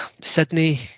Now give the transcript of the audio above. Sydney